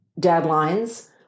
deadlines